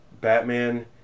Batman